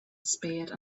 spade